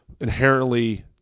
inherently